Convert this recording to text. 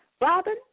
Robin